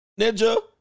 Ninja